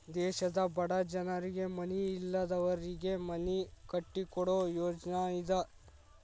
ದೇಶದ ಬಡ ಜನರಿಗೆ ಮನಿ ಇಲ್ಲದವರಿಗೆ ಮನಿ ಕಟ್ಟಿಕೊಡು ಯೋಜ್ನಾ ಇದ